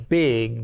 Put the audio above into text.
big